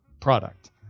product